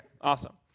Awesome